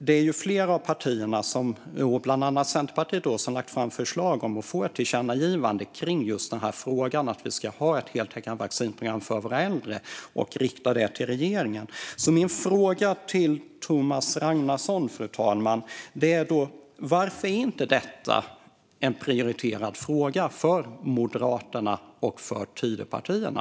Det är flera av partierna, bland annat Centerpartiet, som har lagt fram förslag om ett tillkännagivande till regeringen kring just frågan om att vi ska ha ett heltäckande vaccinprogram för våra äldre. Fru talman! Min fråga till Thomas Ragnarsson är då: Varför är inte detta en prioriterad fråga för Moderaterna och de andra Tidöpartierna?